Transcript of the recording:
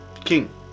King